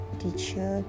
teacher